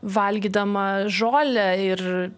valgydama žolę ir